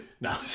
no